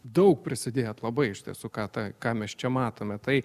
daug prisidėjot labai iš tiesų ką tą ką mes čia matome tai